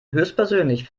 höchstpersönlich